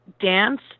dance